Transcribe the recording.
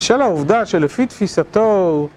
בשל העובדה שלפי תפיסתו...